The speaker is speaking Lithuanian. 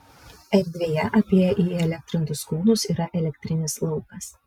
erdvėje apie įelektrintus kūnus yra elektrinis laukas